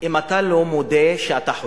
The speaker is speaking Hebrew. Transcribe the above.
אם אתה לא מודה שאתה חולה.